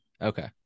Okay